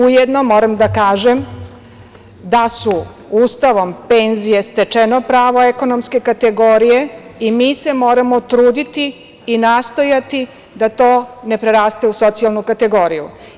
Ujedno, moram da kažem da su Ustavom penzije stečeno pravo ekonomske kategorije i mi se moramo truditi i nastojati da to ne preraste u socijalnu kategoriju.